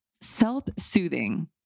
self-soothing